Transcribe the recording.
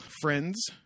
Friends